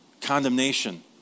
Condemnation